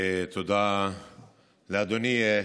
תודה לאדוני.